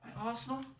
Arsenal